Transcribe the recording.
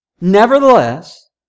Nevertheless